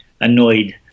annoyed